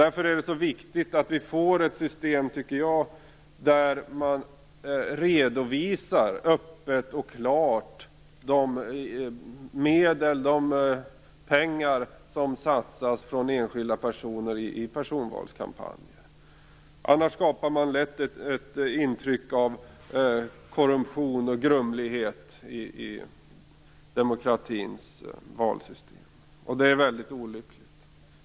Därför är det viktigt, tycker jag, att vi får ett system där man öppet och klart redovisar de medel, de pengar, som satsas av enskilda personer i personvalskampanjer. Annars skapas lätt ett intryck av korruption och grumlighet i demokratins valsystem, och det vore väldigt olyckligt.